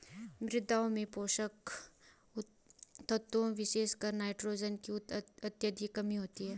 मृदाओं में पोषक तत्वों विशेषकर नाइट्रोजन की अत्यधिक कमी होती है